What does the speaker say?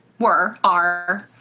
were are,